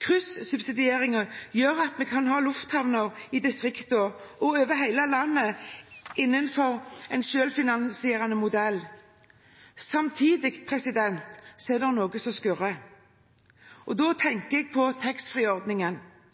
Kryssubsidieringen gjør at vi kan ha lufthavner i distriktene og over hele landet innenfor en selvfinansierende modell. Samtidig er det noe som skurrer. Jeg tenker da på taxfree-ordningen. Det aggressive og påtrengende salget som foregår, ikke minst på